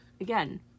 Again